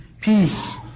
peace